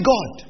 God